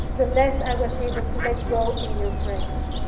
the less i was able to let go in your presence.